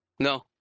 No